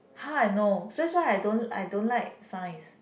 how I know that's why I don't I don't like science